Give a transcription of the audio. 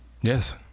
Yes